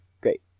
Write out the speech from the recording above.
Great